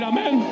Amen